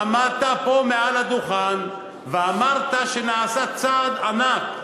עמדת פה מעל הדוכן ואמרת שנעשה צעד ענק: